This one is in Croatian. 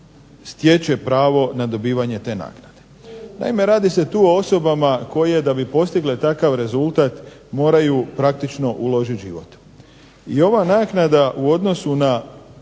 stječe pravo na dobivanje te naknade. Naime, radi se tu o osobama koje da bi postigle takav rezultat moraju praktično uložiti život. I ova naknada u odnosu na